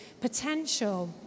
potential